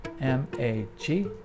M-A-G